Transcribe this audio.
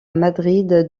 madrid